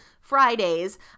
Fridays